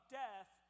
death